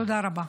תודה רבה.